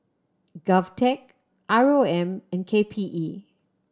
GovTech R O M and K P E